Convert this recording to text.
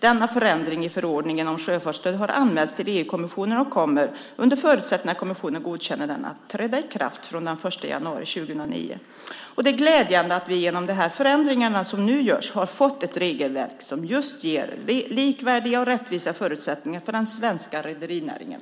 Denna förändring i förordningen om sjöfartsstöd har anmälts till EU-kommissionen och kommer, under förutsättning att kommissionen godkänner den, att träda i kraft från den 1 januari 2009. Det är glädjande att vi genom de förändringar som nu görs har fått ett regelverk som just ger likvärdiga och rättvisa förutsättningar för den svenska rederinäringen.